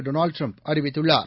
Donald Trump அறிவித்துள்ளார்